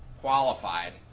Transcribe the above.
qualified